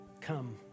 come